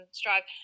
strive